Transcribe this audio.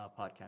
podcast